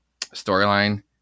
storyline